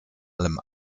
allem